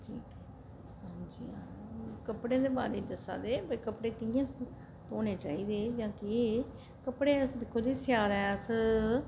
कपड़े दे बारे च दस्सा दे भई कपड़े कि'यां धोने चाहिदे जां केह् कपड़े अस दिक्खो जी स्यालै अस